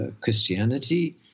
Christianity